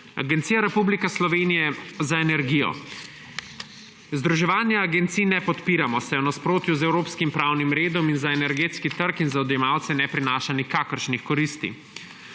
Agencija Republike Slovenije za energijo: »Združevanja agencij ne podpiramo, saj je v nasprotju z evropskim pravnim redom in za energetski trg in za odjemalce ne prinaša nikakršnih koristi.«